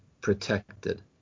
protected